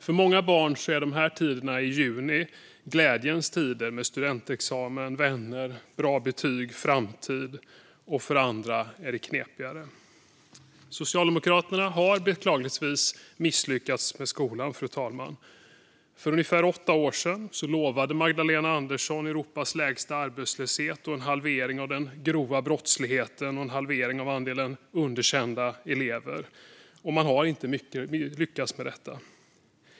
För många barn är dessa tider i juni glädjens tider, med studentexamen, vänner, bra betyg och framtid. För andra är det knepigare. Socialdemokraterna har beklagligtvis misslyckats med skolan, fru talman. För ungefär åtta år sedan lovade Magdalena Andersson Europas lägsta arbetslöshet och en halvering av den grova brottsligheten och av andelen underkända elever. Man har inte lyckats med detta.